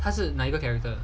他是哪一个 character